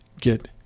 get